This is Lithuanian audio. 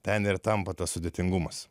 ten ir tampa tas sudėtingumas